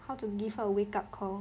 how to give her a wake up call